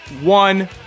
one